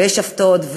ויש הפתעות.